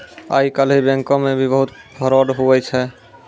आइ काल्हि बैंको मे भी बहुत फरौड हुवै छै